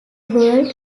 word